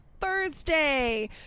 Thursday